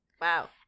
Wow